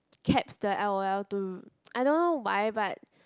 cap the L_O_L to I don't know why but